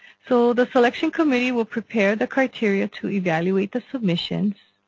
so the selection committee will prepare the criteria to evaluate the submission